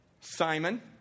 Simon